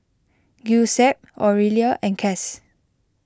Giuseppe Orelia and Cas